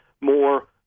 more